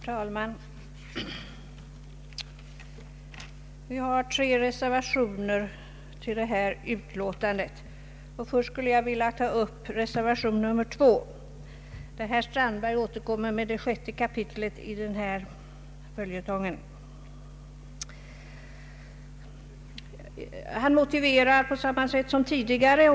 Herr talman! Det finns flera reservationer till detta utlåtande, och först skulle jag vilja ta upp reservation 1b. Herr Strandberg återkommer med det sjätte kapitlet i denna följetong. Han motiverar på samma sätt nu som tidigare.